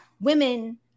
women